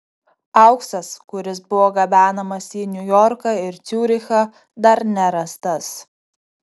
auksas kuris buvo gabenamas į niujorką ir ciurichą dar nerastas